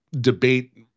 debate